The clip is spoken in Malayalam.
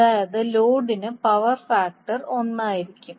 അതായത് ലോഡിന് പവർ ഫാക്ടർ ഒന്നായിരിക്കും